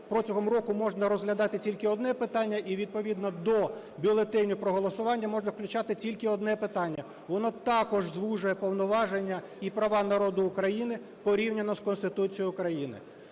протягом року можна розглядати тільки одне питання і відповідно до бюлетеню про голосування можна включати тільки одне питання – воно також звужує повноваження і права народу України порівняно з Конституцією України.